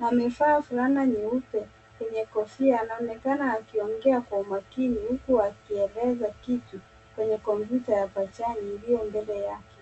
na amevaa fulana nyeupe yenye kofia, anaonekana akiongea kwa umakini huku akieleza kitu kwenye kompyuta ya majani iliyo mbele yake.